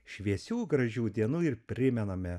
šviesių gražių dienų ir primename